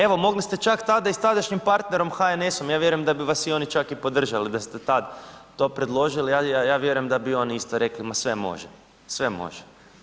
Evo mogli čak tada i s tadašnjim partnerom HNS-om, ja vjerujem da bi vas oni čak i podržali da ste tad to predložili, ja vjerujem da bi oni isto rekli ma sve može, sve može.